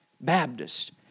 Baptist